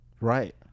Right